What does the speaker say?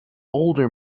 older